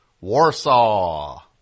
Warsaw